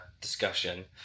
discussion